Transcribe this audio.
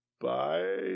bye